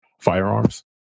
firearms